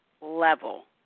level